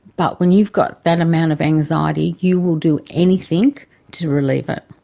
but when you've got that amount of anxiety you will do anything to relieve it.